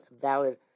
valid